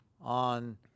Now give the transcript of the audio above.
on